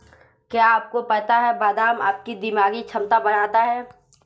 क्या आपको पता है बादाम आपकी दिमागी क्षमता बढ़ाता है?